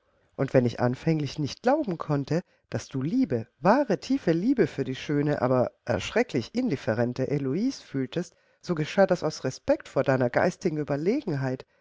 und wenn ich anfänglich nicht glauben konnte daß du liebe wahre tiefe liebe für die schöne aber erschrecklich indifferente heloise fühltest so geschah das aus respekt vor deiner geistigen ueberlegenheit